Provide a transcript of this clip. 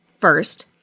First